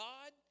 God